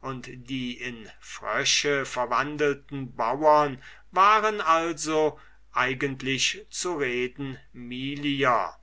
und die in frösche verwandelten bauren waren also eigentlich zu reden milier